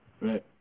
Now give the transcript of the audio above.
Right